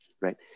right